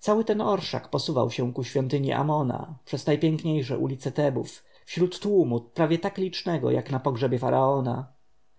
cały ten orszak posuwał się ku świątyni amona przez najpiękniejsze ulice tebów wśród tłumu tak licznego jak na pogrzebie faraona